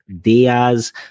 Diaz